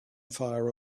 fire